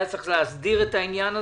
היה צריך להסדיר את העניין הזה,